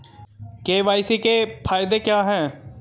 KYC के फायदे क्या है?